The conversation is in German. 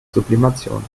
sublimation